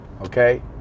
okay